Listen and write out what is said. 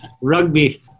Rugby